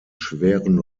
schweren